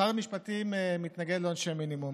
שר המשפטים מתנגד לעונשי מינימום.